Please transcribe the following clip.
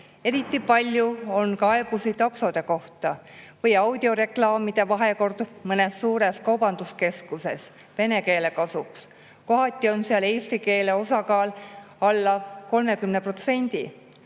Eriti palju on kaebusi takso[juhtide] kohta või audioreklaamide vahekorra kohta mõnes suures kaubanduskeskuses vene keele kasuks. Kohati on seal eesti keele osakaal alla 30%.